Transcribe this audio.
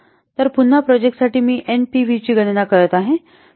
तर पुन्हा प्रोजेक्टसाठी मी एनपीव्हीची गणना करत आहे